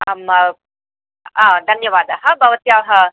आं हा धन्यवादः भवत्याः